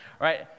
right